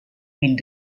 villes